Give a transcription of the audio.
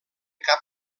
cap